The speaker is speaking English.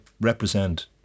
represent